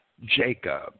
Jacob